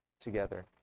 together